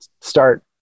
start